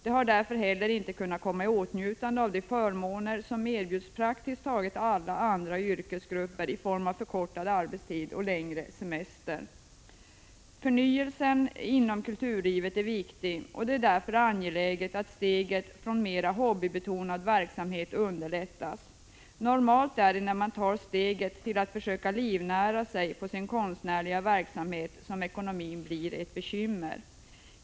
De har därför inte heller kunnat komma i åtnjutande av de förmåner som erbjuds praktiskt taget alla andra yrkesgrupper i form av förkortad arbetstid och längre semester. Förnyelsen inom kulturlivet är viktig. Det är därför angeläget att steget från mer hobbybetonad verksamhet underlättas. I normalfallet är det när man tar steget till att försöka livnära sig på sin konstnärliga verksamhet som ekonomin blir ett bekymmer.